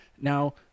now